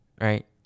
right